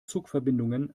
zugverbindungen